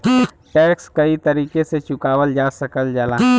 tax कई तरीके से चुकावल जा सकल जाला